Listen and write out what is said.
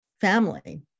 family